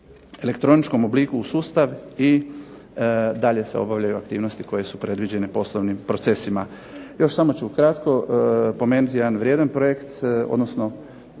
elektroničkom obliku u sustav i dalje se obavljaju aktivnosti koje su predviđene poslovnim procesima. Još samo ću kratko pomenuti jedan vrijedan projekt, odnosno